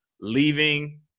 leaving